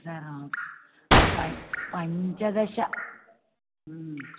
हा पञ् पञ्चदश हा